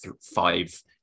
five